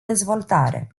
dezvoltare